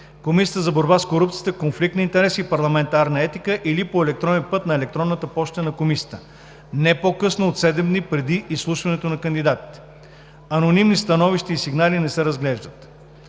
Комисията за борба с корупцията, конфликт на интереси и парламентарна етика, или по електронен път на електронна поща: anticorruption@parliament.bg не по-късно от седем дни преди изслушването на кандидатите. Анонимни становища и сигнали не се разглеждат.